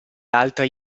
altre